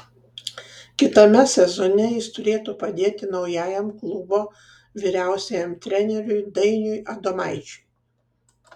kitame sezone jis turėtų padėti naujajam klubo vyriausiajam treneriui dainiui adomaičiui